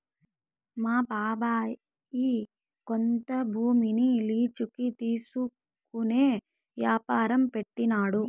మా బాబాయ్ కొంత భూమిని లీజుకి తీసుకునే యాపారం పెట్టినాడు